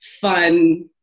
fun